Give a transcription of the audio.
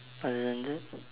other than that